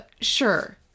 Sure